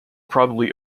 probably